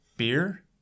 Beer